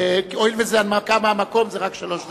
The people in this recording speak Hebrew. הואיל וזה הנמקה מהמקום, רק שלוש דקות.